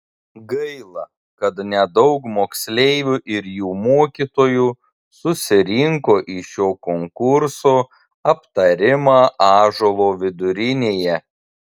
gaila kad nedaug moksleivių ir jų mokytojų susirinko į šio konkurso aptarimą ąžuolo vidurinėje